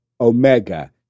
Omega